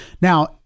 Now